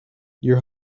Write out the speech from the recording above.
your